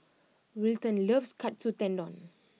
Wilton loves Katsu Tendon